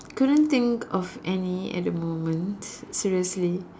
couldn't think of any at the moment s~ seriously